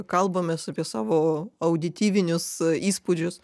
kalbamės apie savo audityvinius įspūdžius